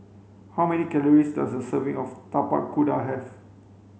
how many calories does a serving of tapak kuda have